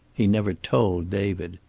he never told david.